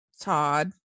todd